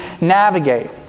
navigate